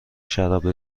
شراب